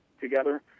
together